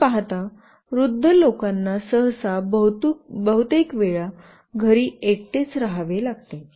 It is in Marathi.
आपण पाहता वृद्ध लोकांना सहसा बहुतेक वेळा घरी एकटेच रहावे लागते